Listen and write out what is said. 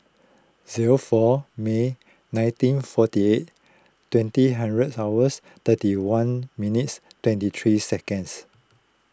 zero four May nineteen forty eight twenty hundred hours thirty one minutes twenty three seconds